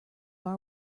are